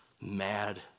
mad